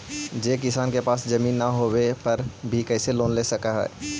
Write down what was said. जे किसान के पास जमीन न होवे पर भी कैसे लोन ले सक हइ?